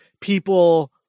people